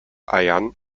eiern